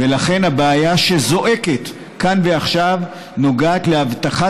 ולכן הבעיה שזועקת באן ועכשיו נוגעת להבטחת